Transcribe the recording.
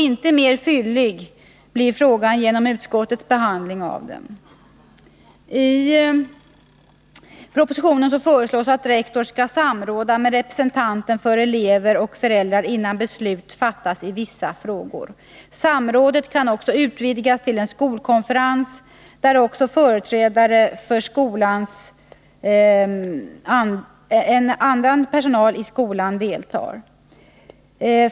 Inte mer fyllig blir frågan genom utskottets behandling av den. I propositionen föreslås att rektor skall samråda med representanter för elever och föräldrar innan beslut fattas i vissa frågor. Samrådet kan också utvidgas till en skolkonferens, där företrädare för annan personal i skolan deltar.